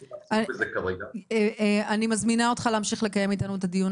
אני מזמינה אותך להמשיך לקיים איתנו את הדיון